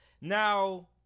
now